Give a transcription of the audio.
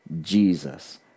Jesus